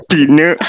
Dinner